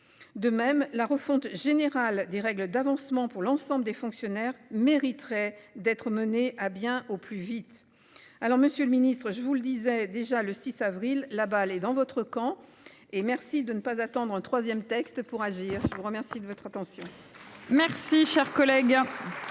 De même la refonte générale des règles d'avancement pour l'ensemble des fonctionnaires mériterait d'être menés à bien au plus vite. Alors Monsieur le Ministre, je vous le disais déjà le 6 avril, la balle est dans votre camp. Et merci de ne pas attendre un 3ème texte pour agir. Je vous remercie de votre attention. Merci cher collègue.